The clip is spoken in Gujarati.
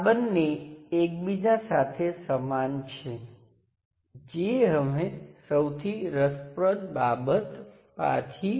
તેથી અહીં આ સરળ મોડેલ જે આ સર્કિટની સમકક્ષ છે જો કે તે જટિલ છે અને તેને થેવેનિન થિયર્મ તરીકે ઓળખવામાં આવે છે